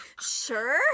Sure